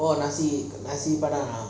oh nasi nasi padang lah